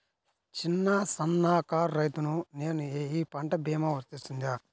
చిన్న సన్న కారు రైతును నేను ఈ పంట భీమా వర్తిస్తుంది?